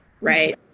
right